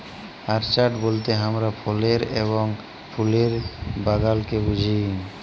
orchard বলতে হামরা ফলের এবং ফুলের বাগালকে বুঝি